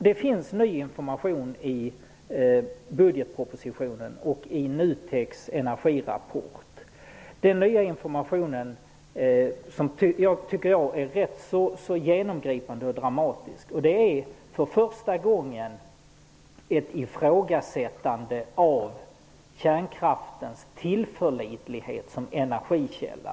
Det finns ny information i budgetpropositionen och i NUTEK:s energirapport. Denna nya information, som jag tycker är rätt genomgripande och dramatisk, gäller för första gången ett ifrågasättande av kärnkraftens tillförlitlighet som energikälla.